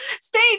stay